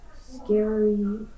scary